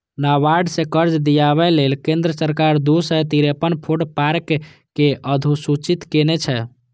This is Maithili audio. नाबार्ड सं कर्ज दियाबै लेल केंद्र सरकार दू सय तिरेपन फूड पार्क कें अधुसूचित केने छै